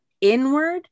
inward